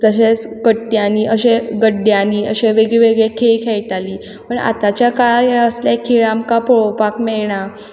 तशेंच कट्ट्यांनी अशें गड्ड्यांनी अशें वेगळे वेगळे खेळ खेयटाली पूण आतांच्या काळान जे असले हें आमकां पोळोपाक मेयणा